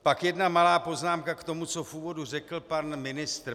Pak jedna malá poznámka k tomu, co v úvodu řekl pan ministr.